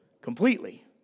completely